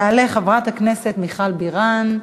תעלה חברת הכנסת מיכל בירן.